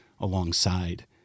alongside